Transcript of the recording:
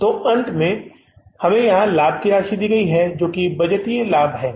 तो अंत में हमें यहां लाभ की राशि दी गई है जो कि बजटीय लाभ है